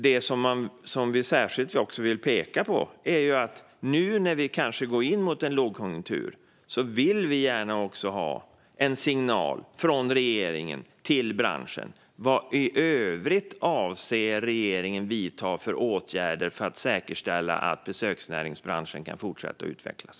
Det vi särskilt vill peka på är att vi nu, när vi kanske går in i en lågkonjunktur, gärna vill ha en signal från regeringen till branschen om vilka åtgärder i övrigt regeringen avser att vidta för att säkerställa att besöksnäringsbranschen kan fortsätta att utvecklas.